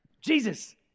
Jesus